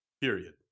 period